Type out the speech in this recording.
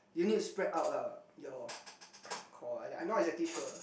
you need to spread out lah your core I not exactly sure